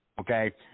okay